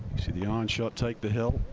see the iron shot take the hill,